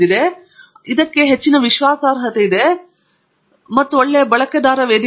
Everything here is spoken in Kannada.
ಆದ್ದರಿಂದ ಇದಕ್ಕೆ ಹೆಚ್ಚಿನ ವಿಶ್ವಾಸಾರ್ಹತೆ ಇದೆ ಮತ್ತು ಒಳ್ಳೆಯ ಬಳಕೆದಾರ ವೇದಿಕೆ ಇದೆ